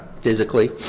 physically